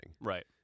right